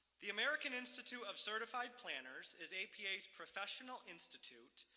the american institute of certified planners, as apa's professional institute,